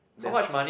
that's